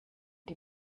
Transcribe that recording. die